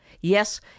yes